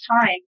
time